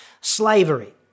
Slavery